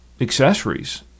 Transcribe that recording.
accessories